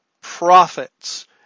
prophets